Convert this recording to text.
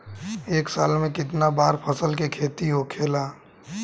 एक साल में कितना बार फसल के खेती होखेला?